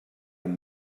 amb